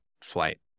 flight